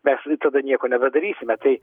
mes tai tada nieko nepadarysime tai